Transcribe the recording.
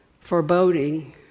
foreboding